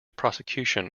prosecution